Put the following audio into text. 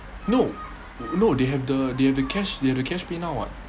no no they have the they have the cash they have the cash PayNow what